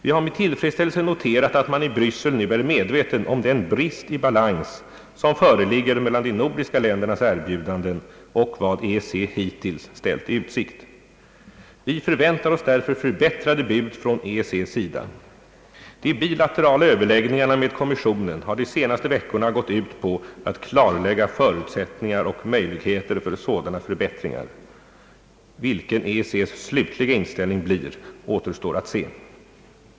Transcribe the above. Vi har med tillfredsställelse noterat att man i Bryssel nu är medveten om den brist i balans som föreligger mellan de nordiska ländernas erbjudanden och vad EEC hittills ställt i utsikt. Vi förväntar oss därför förbättrade bud från EEC:s sida. De bilaterala överläggningarna med kommissionen har de senaste veckorna gått ut på att klarlägga förutsättningar och möjligheter för sådana förbättringar. Vilken EEC:s slutliga inställning blir återstår att se.